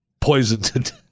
poisoned